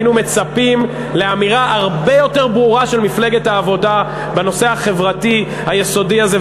מצפים לאמירה הרבה יותר ברורה של מפלגת העבודה בנושא החברתי היסודי הזה.